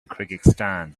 kyrgyzstan